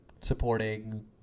supporting